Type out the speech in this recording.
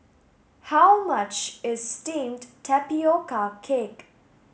how much is steamed tapioca cake